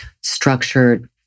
structured